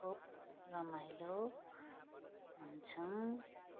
खुब रमाइलो हुन्छौँ